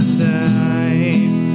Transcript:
time